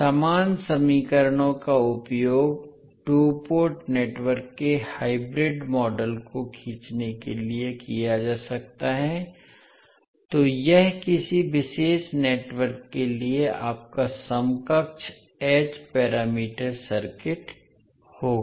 समान समीकरणों का उपयोग टू पोर्ट नेटवर्क के हाइब्रिड मॉडल को खींचने के लिए किया जा सकता है इसलिए यह किसी विशेष नेटवर्क के लिए आपका समकक्ष h पैरामीटर सर्किट होगा